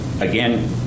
again